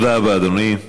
תודה רבה, אדוני.